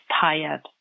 tired